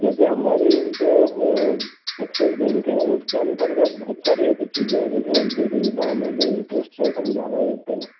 जो कि हमारी जो एक्सिस बैंक है उसके अंतर्गत बहुत सारी ऐसी चीज़ें हैं जैसे एफ़डी सुविधाओं में भी इंटेरेस्ट रेट हम ज़्यादा देते हैं